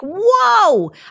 whoa